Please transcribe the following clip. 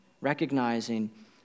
recognizing